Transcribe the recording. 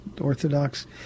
orthodox